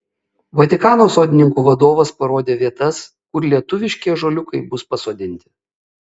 vatikano sodininkų vadovas parodė vietas kur lietuviški ąžuoliukai bus pasodinti